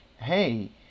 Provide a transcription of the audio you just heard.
hey